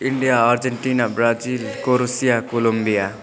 India Argentina Brazil Croatia Colombia